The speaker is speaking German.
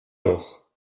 doch